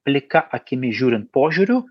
plika akimi žiūrint požiūriu